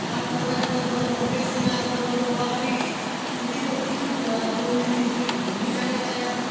ᱛᱟᱨᱯᱚᱨᱮ ᱚᱠᱚᱭ ᱠᱚᱫᱚ ᱠᱚ ᱵᱮᱥ ᱮᱱᱟ ᱚᱠᱚᱭ ᱠᱚᱫᱚ ᱵᱟᱹᱲᱤᱡ ᱡᱩᱫᱤ ᱠᱚ ᱛᱤᱡᱩ ᱠᱚᱣᱟ ᱛᱚ ᱩᱱᱤ ᱛᱤᱡᱩᱭᱤᱡ ᱫᱚᱵᱚᱱ ᱢᱤᱫ ᱟᱲᱮ ᱠᱟᱭᱟ